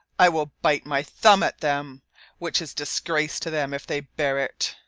i will bite my thumb at them which is disgrace to them if they bear it.